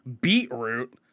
beetroot